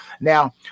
Now